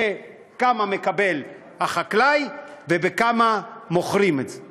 כמה מקבל החקלאי ובכמה מוכרים את זה.